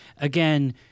again